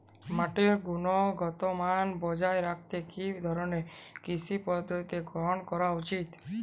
মাটির গুনগতমান বজায় রাখতে কি ধরনের কৃষি পদ্ধতি গ্রহন করা উচিৎ?